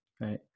Right